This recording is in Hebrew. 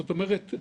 זאת אומרת,